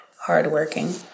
hardworking